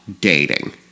dating